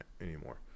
anymore